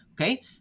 Okay